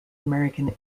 american